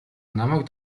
намайг